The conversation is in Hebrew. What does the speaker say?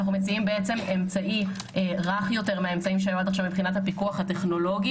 אנו מציעים אמצעי רך יותר מהאמצעים שהיו עד כה מבחינת הפיקוח הטכנולוגי,